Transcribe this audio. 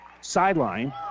sideline